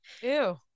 Ew